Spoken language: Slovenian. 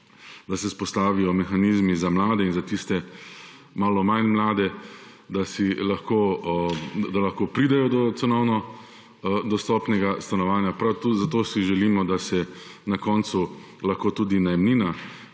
da se vzpostavijo mehanizmi za mlade in za tiste malo manj mlade, da lahko pridejo do cenovno dostopnega stanovanja. Želimo si, da se na koncu lahko tudi najemnina,